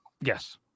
Yes